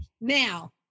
now